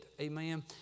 Amen